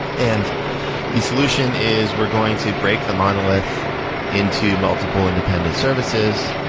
and the solution is we're going to break the monolith into multiple independent services.